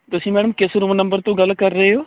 ਤੁਸੀਂ ਮੈਡਮ ਕਿਸ room number ਤੋਂ ਗੱਲ ਕਰ ਰਹੇ ਹੋ